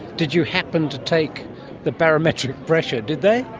did you happen to take the barometric pressure? did they?